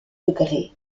degrés